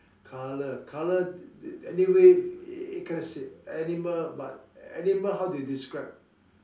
color color anyway he can't see animal but animal how to describe